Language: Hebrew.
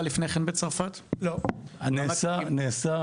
לא נעשה